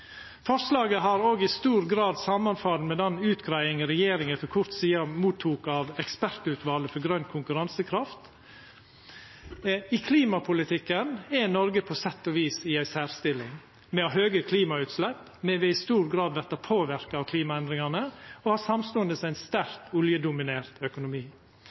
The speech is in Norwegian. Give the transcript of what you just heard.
Forslaget har òg i stor grad samanfall med den utgreiinga regjeringa for kort tid sidan tok imot frå Ekspertutvalet for grøn konkurransekraft. I klimapolitikken står Noreg på sett og vis i ei særstilling. Me har høge klimagassutslepp, me vil i stor grad verta påverka av klimaendringane og har samstundes ein sterkt oljedominert økonomi.